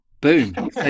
Boom